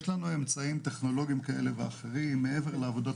יש לנו אמצעים טכנולוגיים כאלה ואחרים מעבר לעבודות